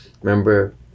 Remember